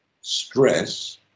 stress